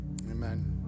amen